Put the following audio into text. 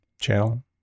channel